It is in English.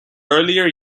earlier